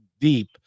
deep